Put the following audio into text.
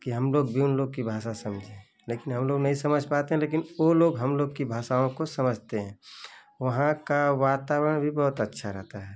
कि हम लोग भी उन लोग की भाषा समझें लेकिन हम लोग नही समझ पाते हैं लेकिन वो लोग हम लोग की भाषाओं को समझते हैं वहाँ का वातावरण भी बहुत अच्छा रहता है